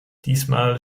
diesmal